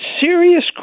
serious